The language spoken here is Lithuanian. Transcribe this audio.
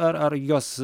ar ar jos